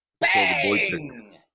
Bang